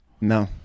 No